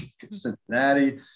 Cincinnati